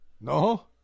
No